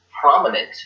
prominent